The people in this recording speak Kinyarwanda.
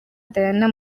diana